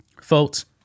Folks